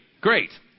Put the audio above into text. Great